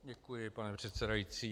Děkuji, pane předsedající.